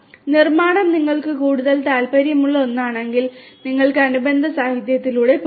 നിർമ്മാണം നിങ്ങൾക്ക് കൂടുതൽ താൽപ്പര്യമുള്ള ഒന്നാണെങ്കിൽ നിങ്ങൾക്ക് അനുബന്ധ സാഹിത്യത്തിലൂടെ പോകാം